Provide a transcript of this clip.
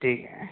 ठीक है